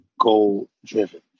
goal-driven